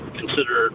consider